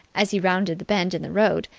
as he rounded the bend in the road,